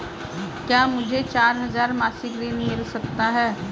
क्या मुझे चार हजार मासिक ऋण मिल सकता है?